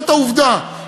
זאת העובדה.